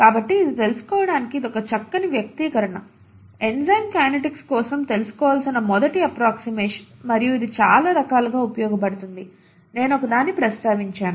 కాబట్టి ఇది తెలుసుకోవడానికి ఇదొక చక్కని వ్యక్తీకరణ ఎంజైమ్ కైనెటిక్స్ కోసం తెలుసుకోవలసిన మొదటి అప్ప్రోక్సిమేషన్ మరియు ఇది చాలా రకాలుగా ఉపయోగపడుతుంది నేను ఒకదాన్ని ప్రస్తావించాను